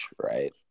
right